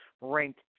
ranked